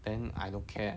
then I don't care